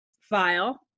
file